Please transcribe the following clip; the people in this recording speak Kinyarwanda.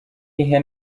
iyihe